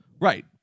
Right